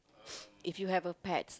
if you have a pet